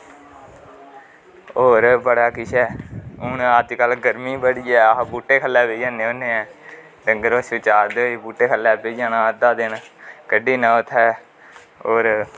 होर बड़ा किश ऐ हून अजकल्ल गर्मी बड़ी ऐ अस बूह्टे थ'ल्ले बैही जन्ने होन्ने ऐ डंगर बच्छु चारदे होई बूह्टे थ'ल्ले बैही जाना अद्धा दिन कड्ढी ओड़ना उत्थै होर